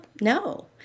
No